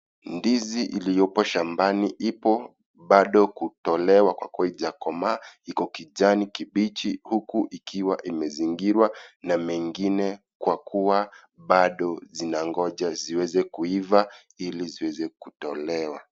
Ndizi iliyopo shambani ipo bado kutolewa kwa kuwa haijakomaa iko kijani kibichi huku ikiwa imezingirwa na mengine kwa kuwa bado zinangoja ziweze kuiva ili ziweze kutolewa.